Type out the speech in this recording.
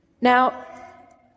Now